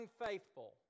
unfaithful